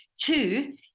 two